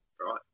right